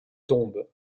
tombe